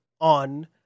on